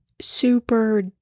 super